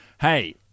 hey